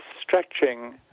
stretching